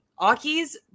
Aki's